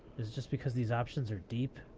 is it just because these options are deep?